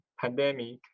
pandemic